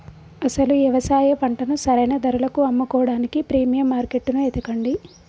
అసలు యవసాయ పంటను సరైన ధరలకు అమ్ముకోడానికి ప్రీమియం మార్కేట్టును ఎతకండి